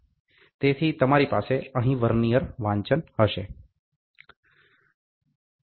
તેથી તમારી પાસે અહીં વર્નીઅર વાંચન હશે